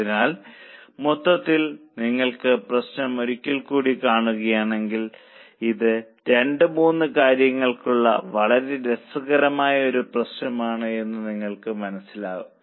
അതിനാൽ മൊത്തത്തിൽ നിങ്ങൾ പ്രശ്നം ഒരിക്കൽ കൂടി കാണുകയാണെങ്കിൽ ഇത് രണ്ട് മൂന്ന് കാര്യങ്ങൾക്കുള്ള വളരെ രസകരമായ ഒരു പ്രശ്നമാണെന്ന് നിങ്ങൾക്ക് മനസ്സിലാകും